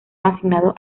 asignados